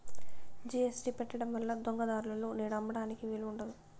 GST పెట్టడం వల్ల దొంగ దారులలో నేడు అమ్మడానికి వీలు ఉండదు